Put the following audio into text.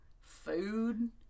food